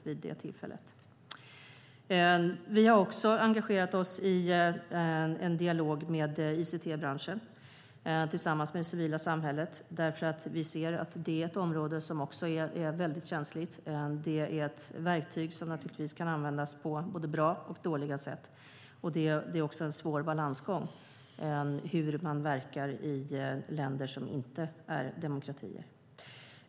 Vi har också engagerat oss i en dialog med ICT-branschen tillsammans med det civila samhället. Vi ser nämligen att det är ett område som också är väldigt känsligt. Det är ett verktyg som naturligtvis kan användas på både bra och dåliga sätt, och det är en svår balansgång hur man verkar i länder som inte är demokratier.